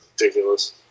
ridiculous